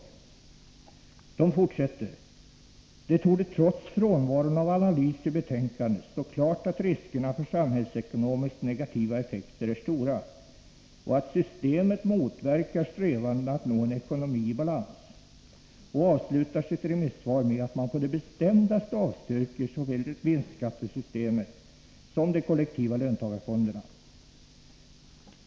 Civilingenjörerna fortsätter: ”Det torde, trots frånvaron av analys i betänkandet, stå klart att riskerna för samhällsekonomiskt negativa effekter är stora och att systemet motverkar strävandena att nå en ekonomi i balans.” De avslutar sitt remissvar med att man på det bestämdaste avstyrker såväl vinstskattesystemet som de kollektiva löntagarfonderna.